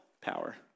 power